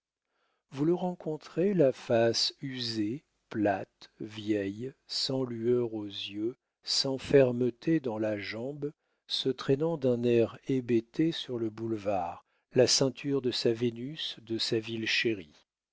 vous le rencontrez la face usée plate vieille sans lueur aux yeux sans fermeté dans la jambe se traînant d'un air hébété sur le boulevard la ceinture de sa vénus de sa ville chérie